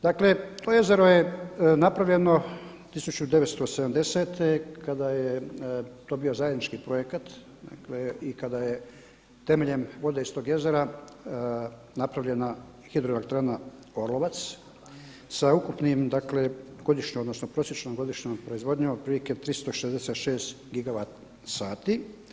Dakle, to jezero je napravljeno 1970. kada je to bio zajednički projekat i kada je temeljem vode iz tog jezera napravljena hidroelektrana Orlovac sa ukupnim, dakle godišnje, odnosno prosječnom godišnjom proizvodnjom otprilike 366 gigavat sati.